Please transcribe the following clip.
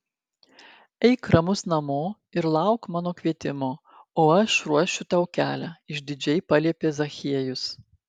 eik ramus namo ir lauk mano kvietimo o aš ruošiu tau kelią išdidžiai paliepė zachiejus